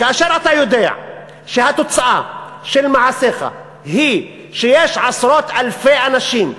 כאשר אתה יודע שהתוצאה של מעשיך היא שעשרות אלפי אנשים,